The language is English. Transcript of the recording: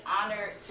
honored